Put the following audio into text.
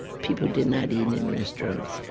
people did not eat in in restaurants.